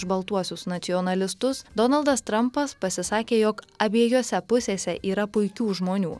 baltuosius nacionalistus donaldas trampas pasisakė jog abiejose pusėse yra puikių žmonių